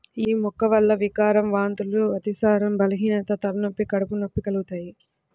యీ మొక్క వల్ల వికారం, వాంతులు, అతిసారం, బలహీనత, తలనొప్పి, కడుపు నొప్పి కలుగుతయ్